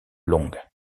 long